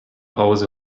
hause